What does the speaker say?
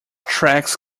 tracks